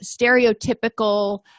stereotypical